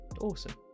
awesome